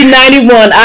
91